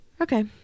okay